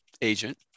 agent